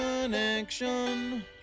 connection